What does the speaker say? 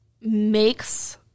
makes